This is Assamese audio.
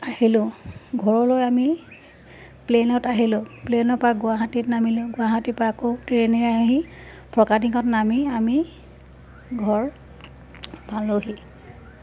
আহিলোঁ ঘৰলৈ আমি প্লেনত আহিলোঁ প্লেনৰপৰা গুৱাহাটীত নামিলোঁ গুৱাহাটীৰপৰা আকৌ ট্ৰেইনে আহি ফৰকাটিঙত নামি আমি ঘৰ পালোঁহি